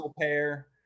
pair